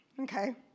okay